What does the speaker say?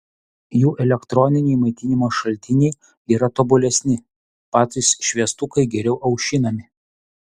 jų elektroniniai maitinimo šaltiniai yra tobulesni patys šviestukai geriau aušinami